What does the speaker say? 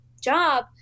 job